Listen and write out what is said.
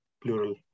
Plural